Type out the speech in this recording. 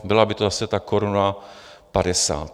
Byla by to zase ta koruna padesát.